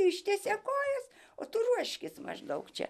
ištiesė kojas o tu ruoškis maždaug čia